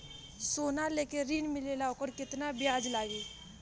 सोना लेके ऋण मिलेला वोकर केतना ब्याज लागी?